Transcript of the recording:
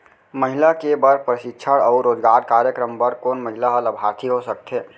महिला के बर प्रशिक्षण अऊ रोजगार कार्यक्रम बर कोन महिला ह लाभार्थी हो सकथे?